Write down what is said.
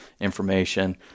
information